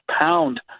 pound